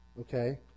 okay